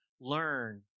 learn